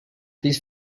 these